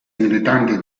militanti